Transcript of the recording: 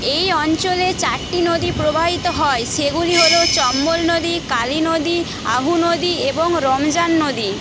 এই অঞ্চলে চারটি নদী প্রবাহিত হয় সেগুলি হলো চম্বল নদী কালী নদী আহু নদী এবং রমজান নদী